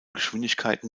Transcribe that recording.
geschwindigkeiten